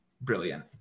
brilliant